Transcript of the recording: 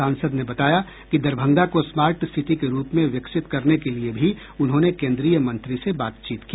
सांसद ने बताया कि दरभंगा को स्मार्ट सिटी के रूप में विकसित करने के लिए भी उन्होंने कोन्द्रीय मंत्री से बातचीत की